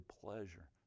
pleasure